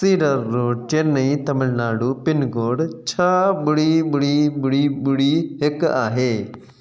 सीरव road Chennai Tamil Nadu pin code छह ॿुड़ी ॿुड़ी ॿुड़ी ॿुड़ी हिकु आहे